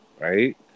Right